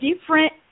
different